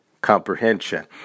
comprehension